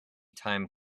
time